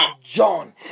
John